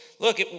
Look